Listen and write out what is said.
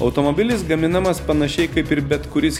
automobilis gaminamas panašiai kaip ir bet kuris